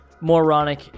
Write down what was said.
moronic